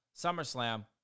SummerSlam